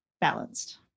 Balanced